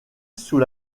sous